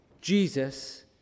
Jesus